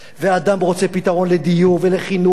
והאדם רוצה פתרון לדיור ולחינוך,